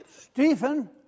Stephen